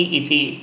iti